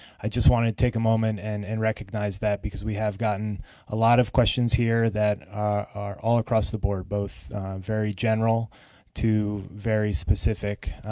i just wanted to take a moment and and recognize that because we have gotten a lot of questions here that are all across the board, both very general to very specific.